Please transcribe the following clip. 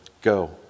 Go